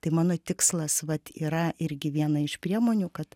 tai mano tikslas vat yra irgi viena iš priemonių kad